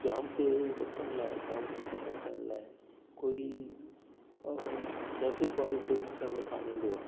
जाम खे रोकण लाइ जाम खे ख़तमु करण लाइ कोई ट्रैफिक वारो कोई ॾिसण में कोनि ईंदो आहे